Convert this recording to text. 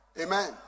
amen